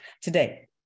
today